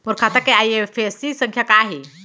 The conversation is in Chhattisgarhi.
मोर खाता के आई.एफ.एस.सी संख्या का हे?